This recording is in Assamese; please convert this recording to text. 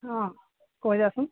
অঁ কৈ যাচোন